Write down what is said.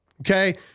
Okay